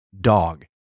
dog